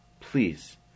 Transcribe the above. Please